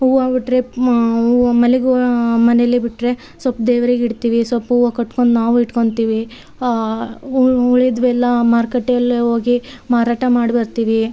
ಹೂವು ಬಿಟ್ಟರೆ ಮಲ್ಲಿಗೆ ಹೂವು ಮನೇಲೆ ಬಿಟ್ಟರೆ ಸ್ವಲ್ಪ್ ದೇವರಿಗೆ ಇಡ್ತೀವಿ ಸ್ವಲ್ಪ್ ಹೂವು ಕಟ್ಕೊಂಡು ನಾವು ಇಟ್ಕೊತೀವಿ ಉಳಿದವೆಲ್ಲ ಮಾರ್ಕೆಟಲ್ಲಿ ಹೋಗಿ ಮಾರಾಟ ಮಾಡಿ ಬರ್ತೀವಿ